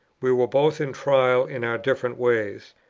we were both in trial in our different ways.